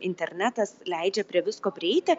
internetas leidžia prie visko prieiti